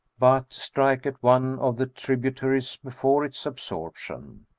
but strike at one of the tributaries before its absorption.